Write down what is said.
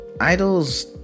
idols